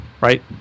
right